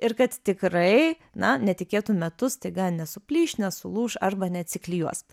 ir kad tikrai na netikėtu metu staiga nesuplyš nesulūš arba neatsiklijuos